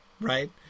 Right